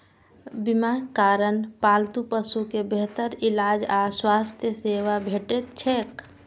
बीमाक कारण पालतू पशु कें बेहतर इलाज आ स्वास्थ्य सेवा भेटैत छैक